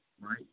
right